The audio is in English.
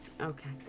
Okay